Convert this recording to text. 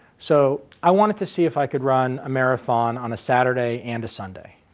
so i wanted to see if i could run a marathon on a saturday and a sunday.